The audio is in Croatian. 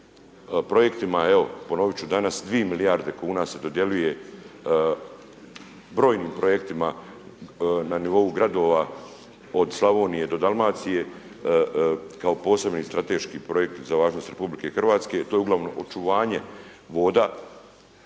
projektima, evo ponoviti ću danas 2 milijarde kuna se dodjeljuje brojnim projektima na nivou gradova od Slavonije do Dalmacije kao posebni strateški projekti za važnost RH i to je uglavnom očuvanje voda